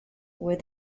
were